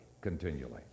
continually